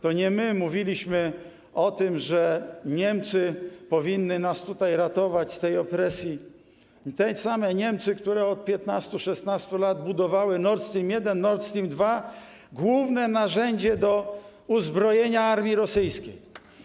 To nie my mówiliśmy o tym, że Niemcy powinny nas tutaj ratować z tej opresji, te same Niemcy, które od 15, 16 lat budowały Nord Stream 1, Nord Stream 2, główne narzędzie służące do uzbrojenia armii rosyjskiej.